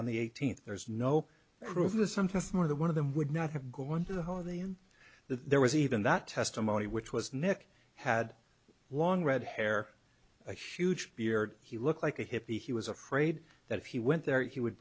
on the eighteenth there's no proof that something more than one of them would not have gone to the whole of the him there was even that testimony which was nick had long red hair a huge beard he looked like a hippie he was afraid that if he went there he would